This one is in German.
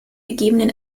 gegebenen